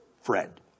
Fred